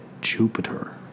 Jupiter